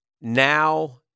now